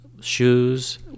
shoes